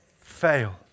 fail